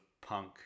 punk